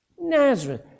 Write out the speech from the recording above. Nazareth